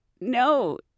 no